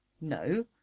No